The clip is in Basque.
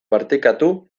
partekatu